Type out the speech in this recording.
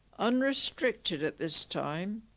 unrestricted at this time.